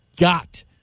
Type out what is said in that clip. got